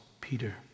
Peter